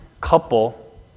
couple